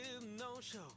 no-show